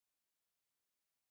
ya